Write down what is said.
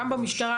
גם במשטרה,